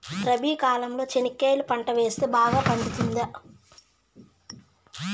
రబి కాలంలో చెనక్కాయలు పంట వేస్తే బాగా పండుతుందా?